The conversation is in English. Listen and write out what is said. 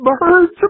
birds